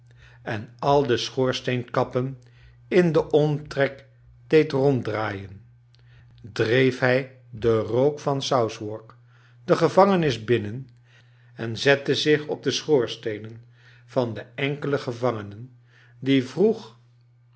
en al de schoorsteenkappen in den omtrek deed ronddraaien dreef hij den rook van southwark de gevangenis binnen en zette zi eh op de schoorsteenen van de enkele gevangenen die vroeg